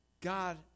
God